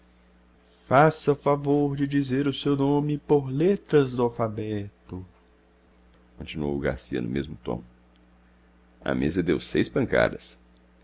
o favor de dizer o seu nome por letras do alfabeto continuou o garcia no mesmo tom a mesa deu seis pancadas